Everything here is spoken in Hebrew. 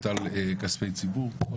על כספי ציבור היא כנראה החלטה נכונה.